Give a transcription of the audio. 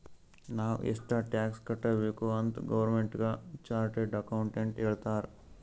ನಾವ್ ಎಷ್ಟ ಟ್ಯಾಕ್ಸ್ ಕಟ್ಬೇಕ್ ಅಂತ್ ಗೌರ್ಮೆಂಟ್ಗ ಚಾರ್ಟೆಡ್ ಅಕೌಂಟೆಂಟ್ ಹೇಳ್ತಾರ್